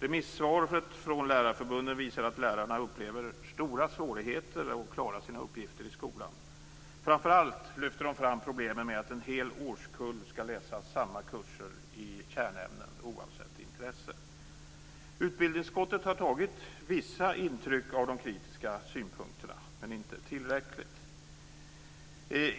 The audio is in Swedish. Remissvaret från Lärarförbundet visar att lärarna upplever stora svårigheter att klara sina uppgifter i skolan. Framför allt lyfter man fram problemet med att en hel årskull skall läsa samma kurser i kärnämnen oavsett intressen. Utbildningsutskottet har tagit vissa intryck av de kritiska synpunkterna, men inte tillräckligt.